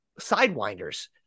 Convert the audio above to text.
sidewinders